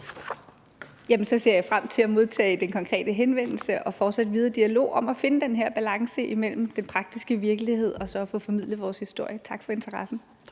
Jeg ser så frem til at modtage den konkrete henvendelse og den fortsatte videre dialog om at finde den her balance imellem den praktiske virkelighed og så at få formidlet vores historie. Tak for interessen.